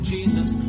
Jesus